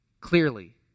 clearly